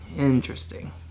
Interesting